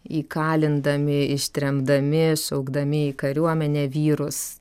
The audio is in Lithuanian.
įkalindami ištremdami sukdami į kariuomenę vyrus